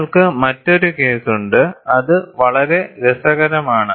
നിങ്ങൾക്ക് മറ്റൊരു കേസ് ഉണ്ട് അത് വളരെ രസകരമാണ്